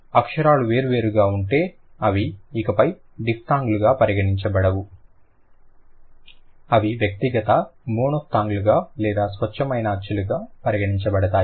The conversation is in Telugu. అక్షరాలు వేర్వేరుగా ఉంటే అవి ఇకపై డిఫ్తాంగ్ లుగా పరిగణించబడవు అవి వ్యక్తిగత మోనోఫ్థాంగ్లుగా లేదా స్వచ్ఛమైన అచ్చులు గా పరిగణించబడతాయి